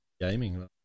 gaming